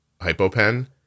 Hypopen